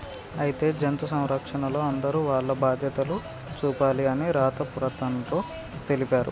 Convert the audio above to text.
అయితే జంతు సంరక్షణలో అందరూ వాల్ల బాధ్యతలు చూపాలి అని రాత పత్రంలో తెలిపారు